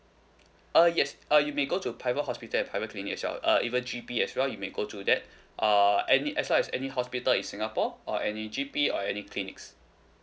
uh yes uh you may go to private hospital and private clinic as well uh even G_P as well you may go to that uh any as long as any hospital in singapore or any G_P or any clinics